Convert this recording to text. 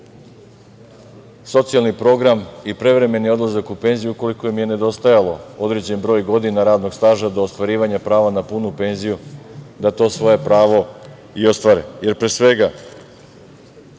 socijalni program i prevremeni odlazak u penziju ukoliko im je nedostajao određeni broj godina radnog staža do ostvarivanja prava na punu penziju da to svoje pravo i ostvare. Jer, pre svega,